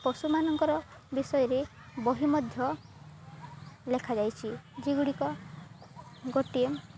ପଶୁମାନଙ୍କର ବିଷୟରେ ବହି ମଧ୍ୟ ଲେଖାଯାଇଛିି ସେଗୁଡ଼ିକ ଗୋଟିଏ